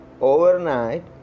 Overnight